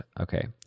Okay